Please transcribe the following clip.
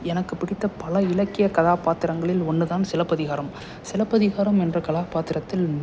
எனக்கு பிடித்த பல இலக்கிய கதாபாத்திரங்களில் ஒன்று தான் சிலப்பதிகாரம் சிலப்பதிகாரம் என்ற கதாபாத்திரத்தில்